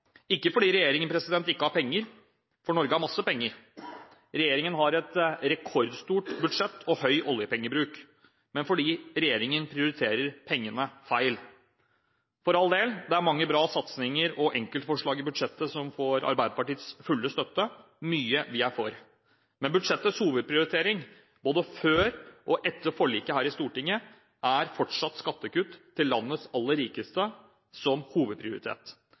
ikke fordi regjeringen ikke har penger – Norge har masse penger, regjeringen har et rekordstort budsjett og høy oljepengebruk – men fordi regjeringen prioriterer pengene feil. For all del, mye vi er for, det er mange bra satsinger og enkeltforslag i budsjettet som får Arbeiderpartiets fulle støtte. Men budsjettets hovedprioritering – både før og etter forliket her i Stortinget – er fortsatt skattekutt til landets aller rikeste.